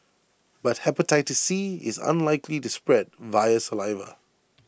but Hepatitis C is unlikely to spread via saliva